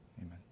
Amen